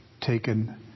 taken